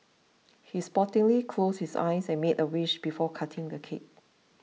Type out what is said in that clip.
he sportingly closed his eyes and made a wish before cutting the cake